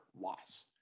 loss